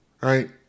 right